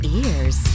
ears